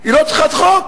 היא לא צריכה חוק.